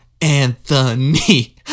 Anthony